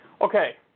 Okay